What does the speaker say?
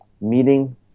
meeting